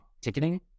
ticketing